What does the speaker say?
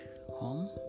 home